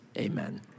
Amen